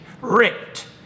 Ripped